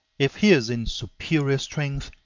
if he is in superior strength,